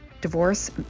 divorce